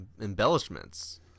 embellishments